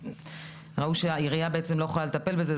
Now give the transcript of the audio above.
ראו שהעירייה לא יכולה לטפל בזה,